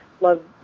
love